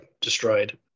destroyed